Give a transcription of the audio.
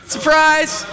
Surprise